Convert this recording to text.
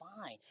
fine